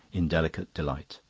in delicate delight.